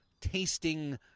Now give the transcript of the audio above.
tasting